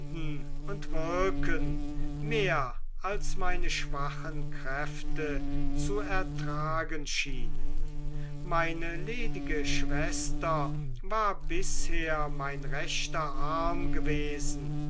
und wirken mehr als meine schwachen kräfte zu ertragen schienen meine ledige schwester war bisher mein rechter arm gewesen